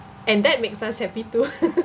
and that makes us happy too